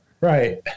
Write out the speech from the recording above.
Right